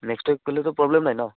next week গ'লেটো problem নাই ন